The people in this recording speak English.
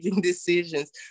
decisions